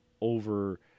over